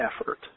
effort